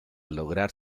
lograr